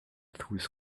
through